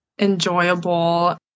enjoyable